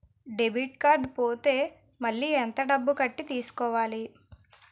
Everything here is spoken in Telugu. డెబిట్ కార్డ్ పోతే మళ్ళీ ఎంత డబ్బు కట్టి తీసుకోవాలి?